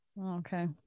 Okay